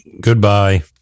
Goodbye